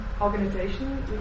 organization